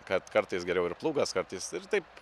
kad kartais geriau ir plūgas kartais ir taip